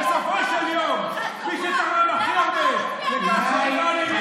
בסופו של יום מי שתרם הכי הרבה לכך שהאיראנים